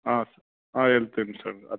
अस्तु health insurance अत्र